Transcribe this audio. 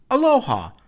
Aloha